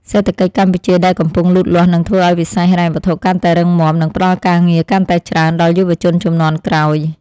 សេដ្ឋកិច្ចកម្ពុជាដែលកំពុងលូតលាស់នឹងធ្វើឱ្យវិស័យហិរញ្ញវត្ថុកាន់តែរឹងមាំ និងផ្តល់ការងារកាន់តែច្រើនដល់យុវជនជំនាន់ក្រោយ។